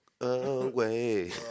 away